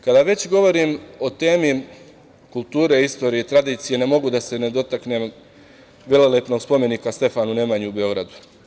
Kada već govorim o temi kulture, istorije, tradicije, ne mogu da se ne dotaknem velelepnog spomenika Stefanu Nemanji u Beogradu.